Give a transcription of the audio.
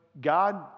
God